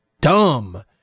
dumb